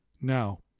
Now